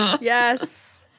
Yes